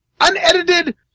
unedited